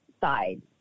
side